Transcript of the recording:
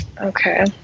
Okay